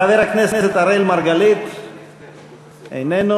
חבר הכנסת אראל מרגלית, איננו.